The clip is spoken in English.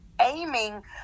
aiming